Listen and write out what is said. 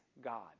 God